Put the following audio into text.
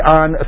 on